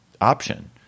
option